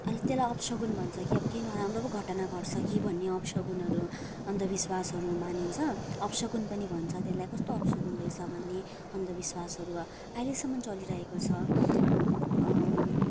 अनि त्यसलाई अपसगुन भन्छ कि अब केही नराम्रो पो घटना घट्छ कि भन्ने अपसगुनहरू अन्धविश्वासहरू मानिन्छ अपसगुन पनि भन्छ त्यसलाई कस्तो अपसगुन रहेछ भन्ने अन्धविश्वासहरू वा अहिलेसम्म चलिरहेको छ